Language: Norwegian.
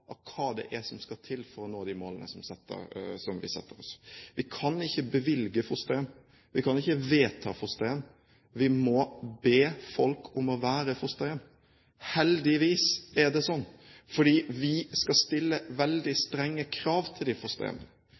hva det er som skal til for å nå de målene som vi setter oss. Vi kan ikke bevilge fosterhjem, vi kan ikke vedta fosterhjem, vi må be folk om å være fosterhjem. Heldigvis er det slik, for vi skal stille veldig strenge krav til de fosterhjemmene.